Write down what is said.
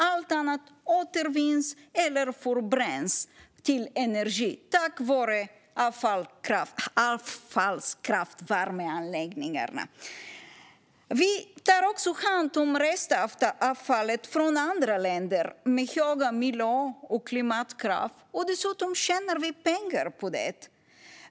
Allt annat återvinns eller förbränns till energi tack vare avfallskraftvärmeanläggningarna. Vi tar också hand om restavfallet från andra länder med höga miljö och klimatkrav. Dessutom tjänar vi pengar på det.